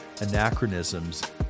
anachronisms